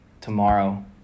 tomorrow